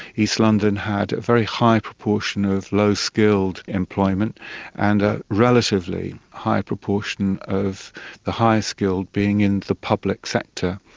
east london had a very high proportion of low skilled employment and a relatively high proportion of the high skilled being in the public sector.